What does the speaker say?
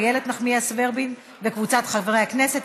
איילת נחמיאס ורבין וקבוצת חברי הכנסת.